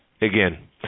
again